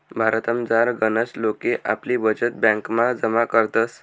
भारतमझार गनच लोके आपली बचत ब्यांकमा जमा करतस